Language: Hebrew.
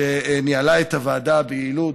שניהלה את הוועדה ביעילות,